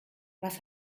was